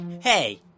Hey